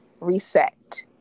reset